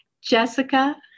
Jessica